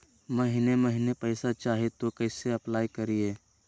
महीने महीने पैसा चाही, तो कैसे अप्लाई करिए?